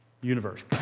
universe